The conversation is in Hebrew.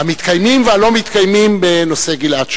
המתקיימים והלא-מתקיימים בנושא גלעד שליט.